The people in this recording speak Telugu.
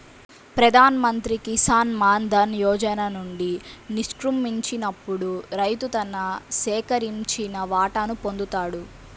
ప్రధాన్ మంత్రి కిసాన్ మాన్ ధన్ యోజన నుండి నిష్క్రమించినప్పుడు రైతు తన సేకరించిన వాటాను పొందుతాడు